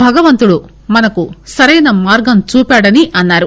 భగవంతుడు మనకు సరైన మార్గము చూపాడని అన్నారు